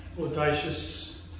audacious